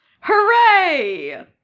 Hooray